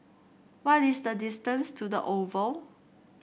what is the distance to the Oval